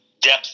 depth